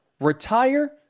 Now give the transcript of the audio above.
retire